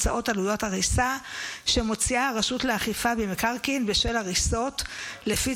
הוצאות עלויות הריסה שמוציאה הרשות לאכיפה במקרקעין בשל הריסות לפי